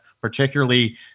particularly –